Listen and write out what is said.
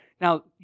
Now